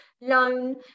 loan